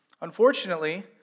Unfortunately